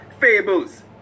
fables